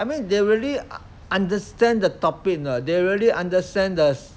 I mean they really understand the topic or not they really understand